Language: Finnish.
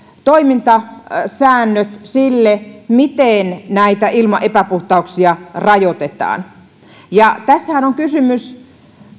toimintasäännöt sille miten näitä ilman epäpuhtauksia rajoitetaan tässähän on kysymys